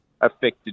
affected